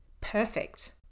perfect